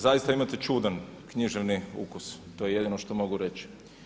Zaista imate čudan književni ukus, to je jedino što mogu reći.